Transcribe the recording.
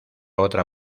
otra